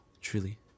truly